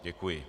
Děkuji.